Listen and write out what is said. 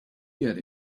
get